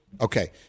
okay